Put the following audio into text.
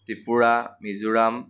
Tripura Mizoram